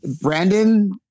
Brandon